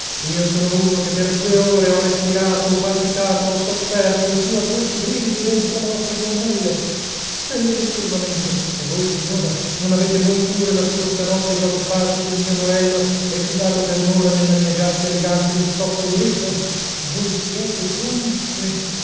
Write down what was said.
io sono uno che per due ore ho respirato ho palpitato ho sofferto i più atroci brividi dentro le vostre gonnelle stelle del firmamento e voi signora non avete voi pure la scorsa notte galoppato sul mio morello e sudato per un'ora nella mia giacca elegante di stoffa di bristol voi siete dunque